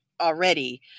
already